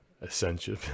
essential